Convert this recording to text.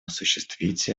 осуществить